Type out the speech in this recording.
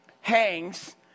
hangs